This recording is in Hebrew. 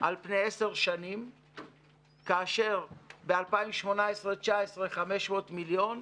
על פני עשר שנים כאשר ב-2019-2018 500 מיליון שקלים,